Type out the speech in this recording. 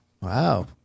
Wow